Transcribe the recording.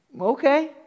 okay